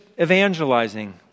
evangelizing